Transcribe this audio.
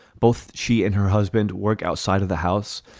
both she and her husband work outside of the house,